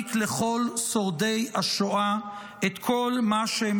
להעניק לכל שורדי השואה את כל מה שהם